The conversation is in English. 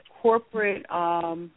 corporate